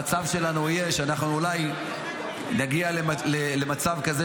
המצב שלנו יהיה שאנחנו אולי נגיע למצב כזה